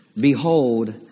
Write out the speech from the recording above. behold